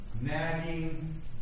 nagging